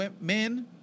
men